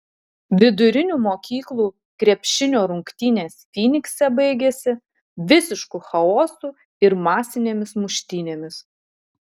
vidurinių mokyklų krepšinio rungtynės fynikse baigėsi visišku chaosu ir masinėmis muštynėmis